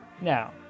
Now